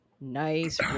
Nice